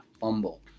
fumble